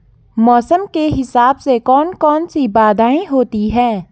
मौसम के हिसाब से कौन कौन सी बाधाएं होती हैं?